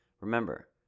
Remember